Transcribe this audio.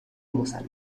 مسلح